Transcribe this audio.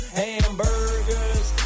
hamburgers